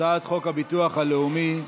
הצעת חוק הביטוח הלאומי (תיקון,